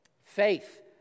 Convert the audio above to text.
faith